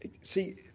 See